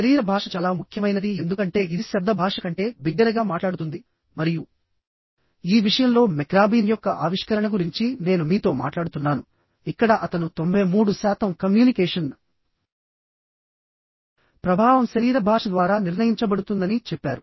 శరీర భాష చాలా ముఖ్యమైనది ఎందుకంటే ఇది శబ్ద భాష కంటే బిగ్గరగా మాట్లాడుతుంది మరియు ఈ విషయంలో మెక్రాబీన్ యొక్క ఆవిష్కరణ గురించి నేను మీతో మాట్లాడుతున్నాను ఇక్కడ అతను 93 శాతం కమ్యూనికేషన్ ప్రభావం శరీర భాష ద్వారా నిర్ణయించబడుతుందని చెప్పారు